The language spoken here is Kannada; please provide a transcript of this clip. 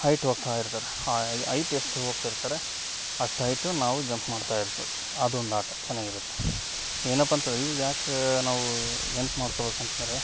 ಹೈಟ್ಚ ಹೋಗ್ತಾ ಇರ್ತಾರೆ ಆಯ್ ಐಟ್ ಎಷ್ಟು ಹೋಗ್ತಿರ್ತಾರೆ ಅಷ್ಟು ಹೈಟು ನಾವು ಜಂಪ್ ಮಾಡ್ತಾ ಇರ್ತೆವೆ ಅದೊಂದು ಆಟ ಚೆನ್ನಾಗಿರುತ್ತೆ ಏನಪ್ಪ ಅಂತಂದ್ರೆ ಇವು ಯಾಕೆ ನಾವು ನೆನ್ಪು ಮಾಡ್ಕೋಬೇಕು ಅಂತಂದರೆ